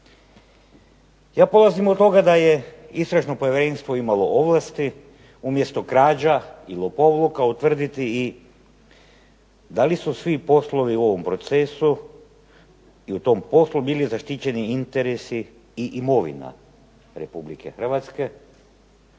Ja polazim od toga da je Istražno povjerenstvo imalo ovlasti umjesto krađa i lopovluka utvrditi i da li su svi poslovi u ovom procesu i u tom poslu bili zaštićeni interesi i imovina RH, a